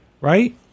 Right